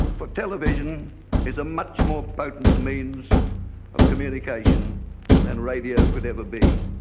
but television is a much more potent means of communication than radio could ever be.